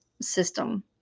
system